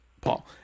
paul